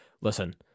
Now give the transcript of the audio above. Listen